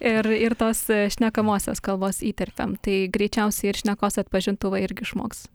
ir ir tos šnekamosios kalbos įterpiam tai greičiausiai ir šnekos atpažintuvai irgi išmoks